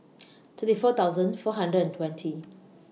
thirty four thousand four hundred and twenty